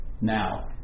now